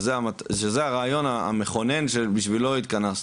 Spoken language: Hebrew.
שזה הרעיון המכונן שבשבילו התכנסנו.